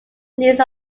niece